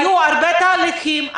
היו הרבה תהליכים.